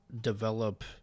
develop